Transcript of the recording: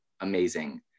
Amazing